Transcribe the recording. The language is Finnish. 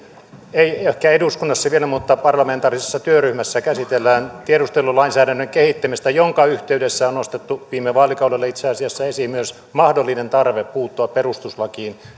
ei ehkä eduskunnassa vielä mutta parlamentaarisessa työryhmässä käsitellään tiedustelulainsäädännön kehittämistä jonka yhteydessä on nostettu viime vaalikaudella itse asiassa esiin myös mahdollinen tarve puuttua perustuslakiin